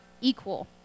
equal